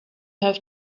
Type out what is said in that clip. have